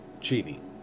cheating